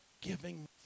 giving